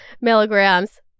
milligrams